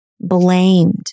blamed